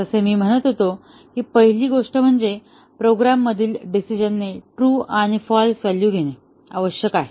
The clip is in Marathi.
जसे मी म्हणत होतो की पहिली गोष्ट म्हणजे प्रोग्राममधील डिसिजनने ट्रू आणि फाल्स व्हॅल्यू घेणे आवश्यक आहे